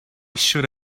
should